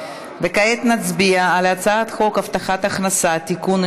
וכעת נצביע על הצעת חוק הבטחת הכנסה (תיקון,